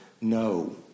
no